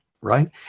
Right